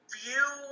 view